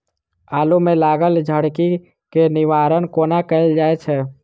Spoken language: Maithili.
आलु मे लागल झरकी केँ निवारण कोना कैल जाय छै?